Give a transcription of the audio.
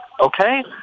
okay